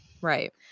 Right